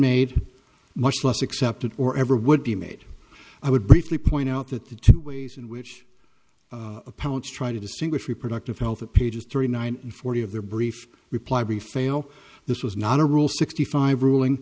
made much less accepted or ever would be made i would briefly point out that the two ways in which parents try to distinguish reproductive health pages thirty nine and forty of their brief reply brief fail this was not a rule sixty five ruling